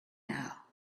now